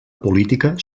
política